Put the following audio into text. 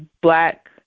black